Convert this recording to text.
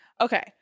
Okay